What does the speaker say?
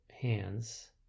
hands